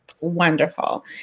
Wonderful